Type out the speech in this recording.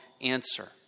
answer